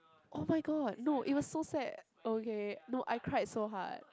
oh-my-god no it was so sad okay no I cried so hard